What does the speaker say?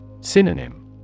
Synonym